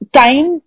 time